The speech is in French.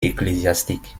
ecclésiastiques